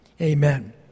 Amen